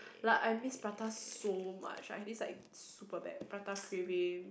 like I miss prata so much I miss like super bad prata craving